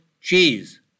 cheese